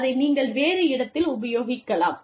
அதை நீங்கள் வேறு இடத்தில் உபயோகிக்கலாம்